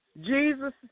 Jesus